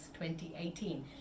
2018